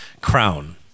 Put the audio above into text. crown